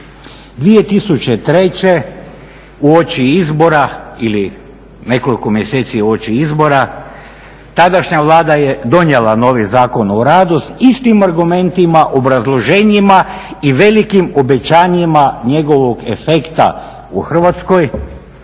uoči izbora tadašnja Vlada je donijela novi Zakon o radu s istim argumentima, obrazloženjima i velikim obećanjima njegovog efekta u Hrvatskoj